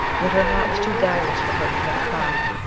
yet her heart was too guileless for her to commit a crime,